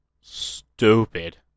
Stupid